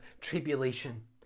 tribulation